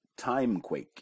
Timequake